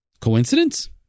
coincidence